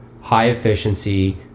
high-efficiency